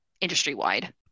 industry-wide